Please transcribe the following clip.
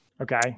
Okay